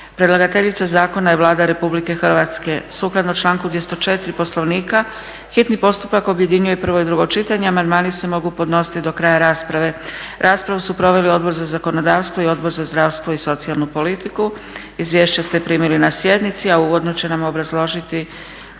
Predlagateljica zakona je Vlada Republike Hrvatske. Sukladno članku 204. Poslovnika hitni postupak objedinjuje prvo i drugo čitanje. Amandmani se mogu podnositi do kraja rasprave. Raspravu su proveli Odbor za zakonodavstvo i Odbor za zdravstvo i socijalnu politiku. Izvješće ste primili na sjednici. A uvodno će nam obrazložiti